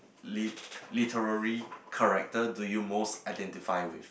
lit~ literary character do you most identify with